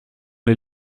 les